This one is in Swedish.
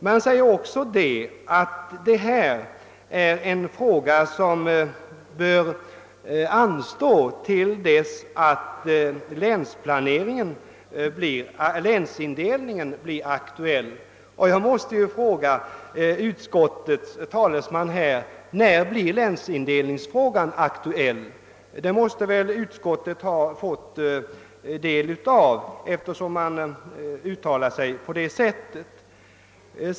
Utskottet anför vidare att detta är ett spörsmål som bör anstå till dess att länsindelningsfrågan blir aktuell. Jag måste då fråga utskottets talesman när länsindelningsfrågan blir aktuell. Utskottet måste väl ha fått del av detta, eftersom det uttalar sig på detta sätt.